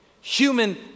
Human